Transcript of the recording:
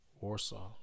Warsaw